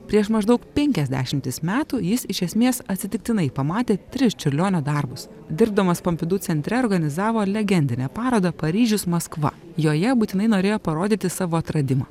prieš maždaug penkias dešimtis metų jis iš esmės atsitiktinai pamatė tris čiurlionio darbus dirbdamas pompidu centre organizavo legendinę parodą paryžius maskva joje būtinai norėjo parodyti savo atradimą